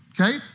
Okay